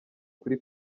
kuri